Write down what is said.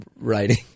writing